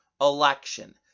election